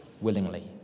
willingly